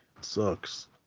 Sucks